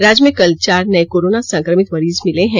राज्य में कल चार नए कोरोना संक्रमित मरीज मिले हैं